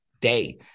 day